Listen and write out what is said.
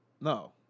No